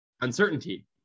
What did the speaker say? uncertainty